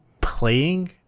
playing